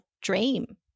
dream